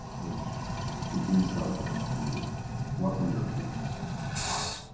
which gives insight into what we are doing and why.